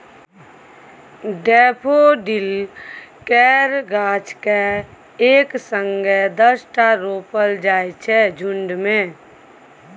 daffodil केर गाछ केँ एक संगे दसटा रोपल जाइ छै झुण्ड मे